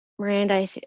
Miranda